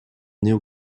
néo